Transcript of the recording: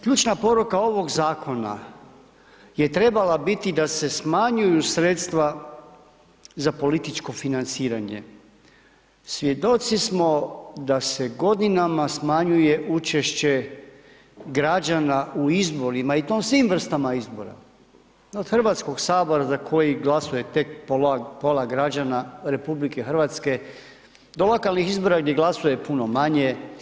Ključna poruka ovog zakona je trebala biti da se smanjuju sredstva za političko financiranje, svjedoci smo da se godinama smanjuje učešće građana u izborima i to u svim vrstama izbora, od HS za koji glasuje tek pola građana RH do lokalnih izbora gdje glasuje puno manje.